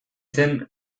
zen